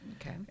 Okay